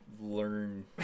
learn